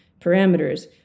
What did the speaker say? parameters